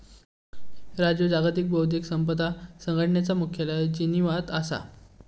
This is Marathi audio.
राजू जागतिक बौध्दिक संपदा संघटनेचा मुख्यालय जिनीवात असा